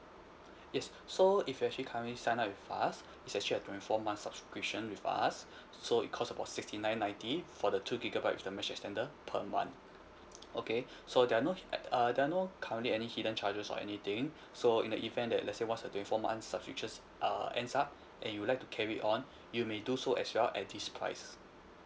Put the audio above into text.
yes so if you actually currently sign up with us it's actually a twenty four month subscription with us so it cost about sixty nine ninety for the two gigabytes with the mesh extender per month okay so there are no uh there are no currently any hidden charges or anything so in the event that let's say once the twenty four months subscription uh ends up and you'd like to carry on you may do so as well at this price